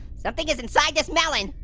something is inside this melon,